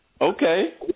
Okay